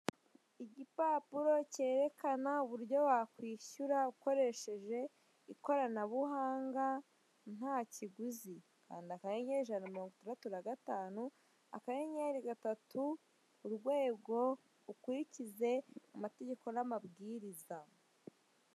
Igipapuro cyerekana uburyo wakwishyura ukoresheje ikoranabuhanga nta kiguzi, kanda akanyenyeri ijana na mirongo itandatu na gatanu akanyenyeri gatatu urwego ukurikize amategeko n'amabwiriza.